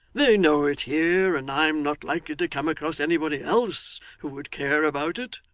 they know it here, and i'm not likely to come across anybody else who would care about it